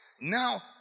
now